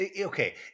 okay